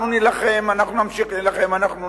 אנחנו נילחם, אנחנו נמשיך להילחם, אנחנו נלחמים,